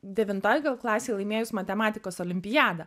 devintoje klasėj laimėjus matematikos olimpiadą